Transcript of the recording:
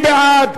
מי בעד?